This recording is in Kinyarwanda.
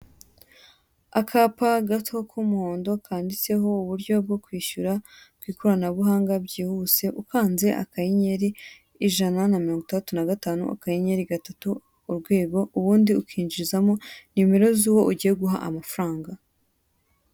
Akapa gato k'umuhondo, kanditseho uburyo bwo kwishyura ku ikoranabuhanga, byihuse, ukanze akanyeyeri, ijana na mirongo itandatu na gatanu, akanyenyeri, gatatu, urwego, ubundi ukinjizamo nimero z'uwo ugiye guha amafaranga.